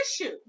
issue